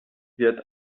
wird